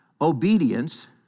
Obedience